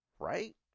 right